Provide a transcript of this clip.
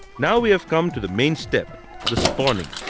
now we have come to the main step the spawning.